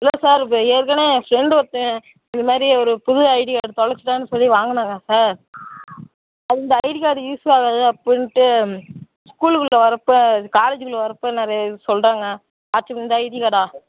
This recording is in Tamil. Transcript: இல்லை சார் இது ஏற்கனே என் ஃப்ரெண்டு ஒருத்தன் இது மாதிரி ஒரு புது ஐடி கார்டு தொலைச்சிட்டேனு சொல்லி வாங்குனாங்க சார் அந்த ஐடி கார்டு யூஸ் ஆகாது அப்படின்ட்டு ஸ்கூல் உள்ள வரப்போ காலேஜ் உள்ள வரப்போ நிறைய சொல்லுறாங்க வாட்ச்சுமேன் இந்த ஐடி கார்டா